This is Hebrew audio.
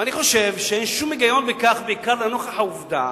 אני חושב שאין שום היגיון בכך, בעיקר לנוכח העובדה